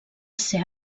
ser